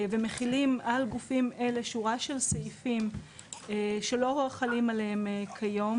ומחילים על גופים אלה שורה של סעיפים שלא חלים עליהם כיום.